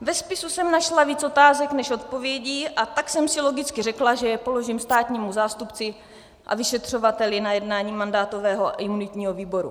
Ve spisu jsem našla víc otázek než odpovědí, a tak jsem si logicky řekla, že je položím státnímu zástupci a vyšetřovateli na jednání mandátového a imunitního výboru.